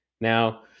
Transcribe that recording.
Now